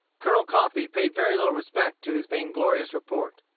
colonel coffee paid very little respect to his vainglorious report.